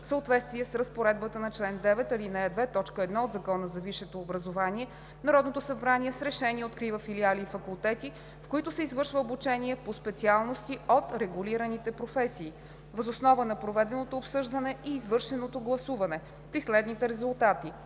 В съответствие с разпоредбата на чл. 9, ал. 2, т. 1 от Закона за висшето образование Народното събрание с решение открива филиали и факултети, в които се извършва обучение по специалности от регулираните професии. Въз основа на проведеното обсъждане и извършеното гласуване при следните резултати: